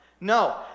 No